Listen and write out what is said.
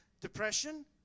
depression